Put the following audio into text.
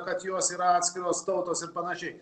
kad jos yra atskiros tautos ir panašiai